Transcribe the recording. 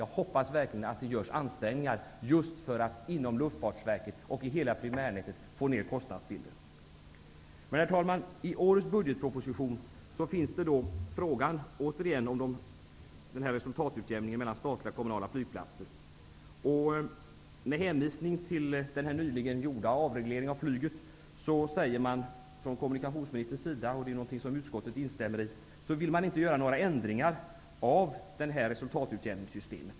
Jag hoppas verkligen att det görs ansträngningar just för att inom Luftfartsverket och inom hela primärnätet få ned kostnaderna. Herr talman! I årets budgetproposition behandlas återigen frågan om resultatutjämningen mellan statliga och kommunala flygplatser. Med hänvisning till den nyligen genomförda avregleringen av flyget säger kommunikationsministern, vilket utskottet instämmer i, att man inte vill göra några ändringar av detta resultatutjämningssystem.